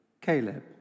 Caleb